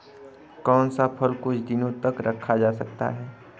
कौन सा फल कुछ दिनों तक रखा जा सकता है?